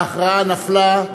ההכרעה נפלה,